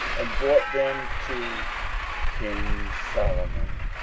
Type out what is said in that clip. and brought them to king solomon.